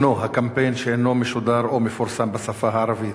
הקמפיין אינו משודר או מפורסם בשפה הערבית.